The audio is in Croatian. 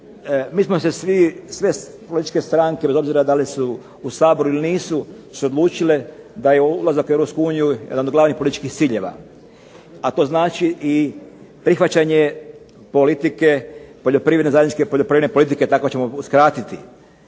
Mi smo se svi i sve političke stranke bez obzira da li su u Saboru ili nisu se odlučile da je ulazak u Europsku uniju jedan od glavnih političkih ciljeva, a to znači i prihvaćanje zajedničke poljoprivredne politike tako ćemo skratiti.